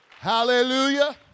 Hallelujah